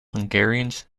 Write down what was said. hungarians